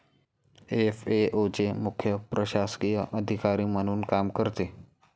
FAO चे मुख्य प्रशासकीय अधिकारी म्हणून काम करते